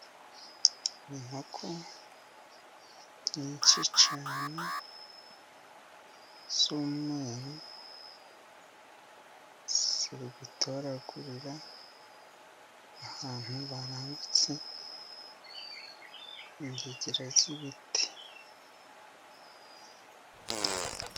Inkoko nyinshi cyane z'umweru ziri gutoragurira ahantu barambitse ingegera z'ibiti.